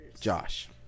Josh